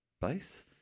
base